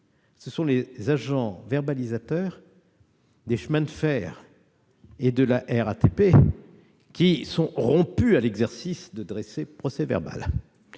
des agents verbalisateurs des chemins de fer et de la RATP, qui sont rompus à l'exercice de dresser des procès-verbaux.